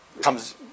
comes